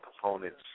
components